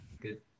good